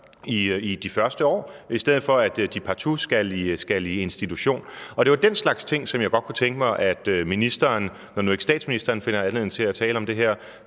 i de første år, i stedet for at de partout skal i institution. Og det var den slags ting, som jeg godt kunne tænke mig, at ministeren, når nu ikke statsministeren finder anledning til at tale om det her,